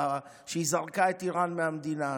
שהיא זרקה את איראן מהמדינה,